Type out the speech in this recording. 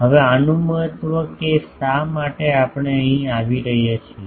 હવે આનું મહત્વ કે શા માટે આપણે અહીં આવી રહ્યા છીએ